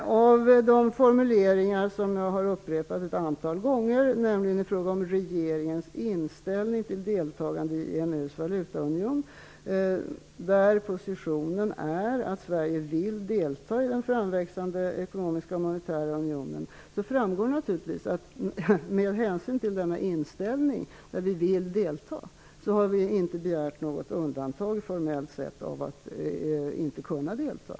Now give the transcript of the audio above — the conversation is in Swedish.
Av de formuleringar som jag har upprepat ett antal gånger -- nämligen i fråga om regeringens inställning till deltagande i EMU:s valutaunion, där positionen är att Sverige vill delta i den framväxande ekonomiska och monetära unionen -- framgår naturligtvis att vi med hänsyn till denna inställning, att vi vill delta, inte har begärt något undantag formellt sett när det gäller att inte kunna delta.